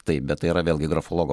taip bet tai yra vėlgi grafologo